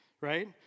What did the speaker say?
Right